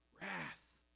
wrath